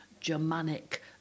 Germanic